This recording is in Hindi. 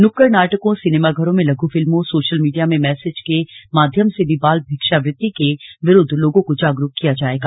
नुक्कड़ नाटकों सिनेमाघरों में लघु फिल्मों सोशल मीडिया में मैसेज के माध्यम से भी बाल भिक्षावृत्ति के विरुद्ध लोगों को जागरूक किया जाएगा